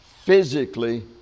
physically